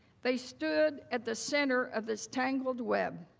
they stood at the center of this tangled web.